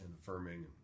affirming